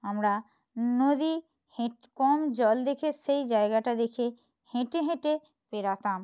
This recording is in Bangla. আমরা নদী হেঁট কম জল দেখে সেই জায়গাটা দেখে হেঁটে হেঁটে পেরোতাম